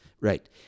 right